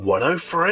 103